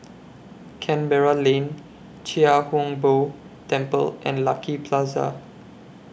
Canberra Lane Chia Hung Boo Temple and Lucky Plaza